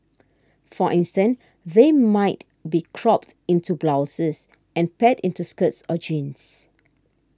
for instance they might be cropped into blouses and paired into skirts or jeans